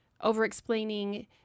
over-explaining